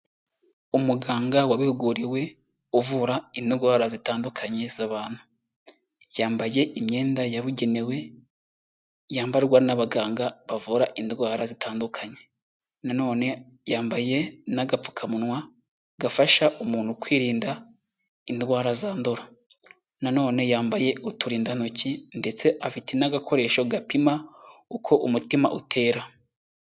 Umuganga wabihuguriwe uvura indwara zitandukanye z'abantu, yambaye imyenda yabugenewe yambarwa n'abaganga bavura indwara zitandukanye, nanone yambaye n'agapfukamunwa gafasha umuntu kwirinda indwara zandura, nanone yambaye uturindantoki ndetse afite n'agakoresho gapima uko umutima utera.